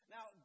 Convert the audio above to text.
Now